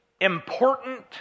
important